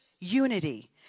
unity